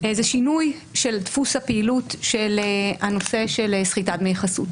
זה שינוי של דפוס הפעילות של הנושא של סחיטת דמי חסות,